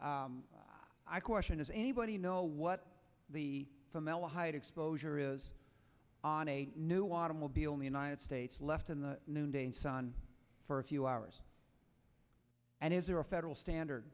vehicles i question is anybody know what the formaldehyde exposure is on a new automobile in the united states left in the noonday sun for a few hours and is there a federal standard